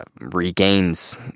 regains